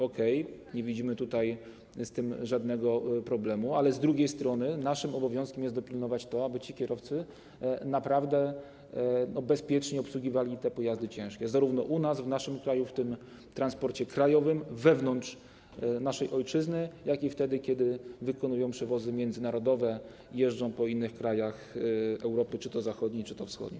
Okej, nie widzimy tutaj żadnego problemu, ale z drugiej strony naszym obowiązkiem jest dopilnować tego, aby ci kierowcy naprawdę bezpiecznie obsługiwali pojazdy ciężkie zarówno u nas, w naszym kraju, w transporcie krajowym, wewnątrz naszej ojczyzny, jak i wtedy gdy wykonują przewozy międzynarodowe i jeżdżą po innych krajach Europy Zachodniej czy wschodniej.